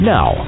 Now